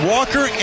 Walker